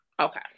Okay